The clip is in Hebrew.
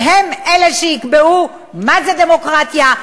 שהם אלה שיקבעו מה זו דמוקרטיה.